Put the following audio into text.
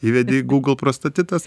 įvedi į google prostatitas